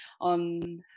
on